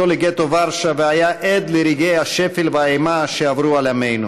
ורשה, והיה עד לרגעי השפל והאימה שעברו על עמנו.